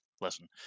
listen